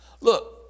Look